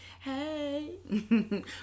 hey